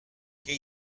che